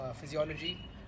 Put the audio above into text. physiology